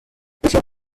بسیار